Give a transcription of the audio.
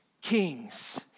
kings